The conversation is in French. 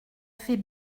fait